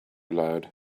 loud